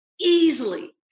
easily